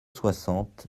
soixante